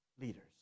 leaders